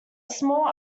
small